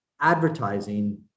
advertising